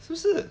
是不是